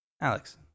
Alex